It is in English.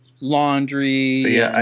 laundry